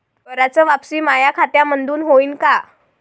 कराच वापसी माया खात्यामंधून होईन का?